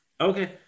Okay